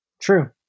True